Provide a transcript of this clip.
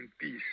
peace